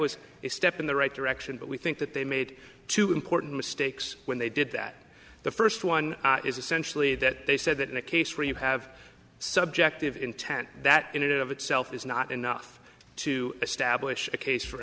was a step in the right direction but we think that they made two important mistakes when they did that the first one is essentially that they said that in a case where you have subjective intent that in and of itself is not enough to establish a case for